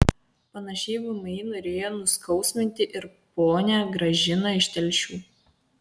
panašiai vmi norėjo nuskausminti ir ponią gražiną iš telšių